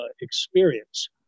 experience